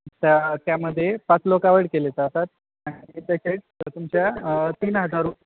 त्या त्यामध्ये पाच लोक अवइड केले जातात आणि पकेट तुमच्या तीन हजार